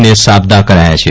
ને સાબદા કરાયાં છે